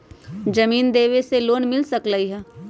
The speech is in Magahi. जमीन देवे से लोन मिल सकलइ ह?